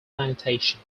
plantation